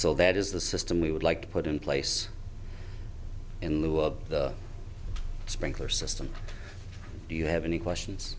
so that is the system we would like to put in place in lieu of the sprinkler system do you have any questions